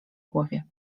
głowie